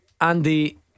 Andy